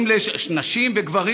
נשים וגברים,